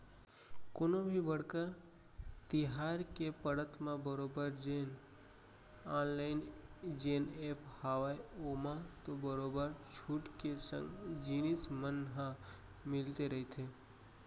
कोनो भी बड़का तिहार के पड़त म बरोबर जेन ऑनलाइन जेन ऐप हावय ओमा तो बरोबर छूट के संग जिनिस मन ह मिलते रहिथे